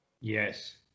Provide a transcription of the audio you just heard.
Yes